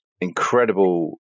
incredible